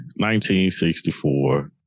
1964